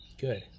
good